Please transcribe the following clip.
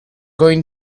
going